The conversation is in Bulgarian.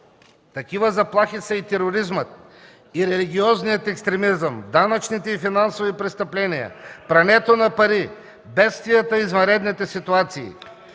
Такива заплахи са и тероризмът, и религиозният екстремизъм, данъчните и финансови престъпления, прането на пари, бедствията и извънредните ситуации.